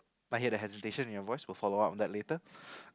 I hear the hesitation in your voice we'll follow up on that later